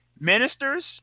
Ministers